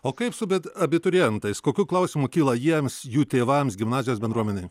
o kaip su bet abiturientais kokių klausimų kyla jiems jų tėvams gimnazijos bendruomenei